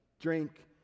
drink